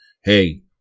hey